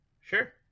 Sure